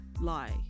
lie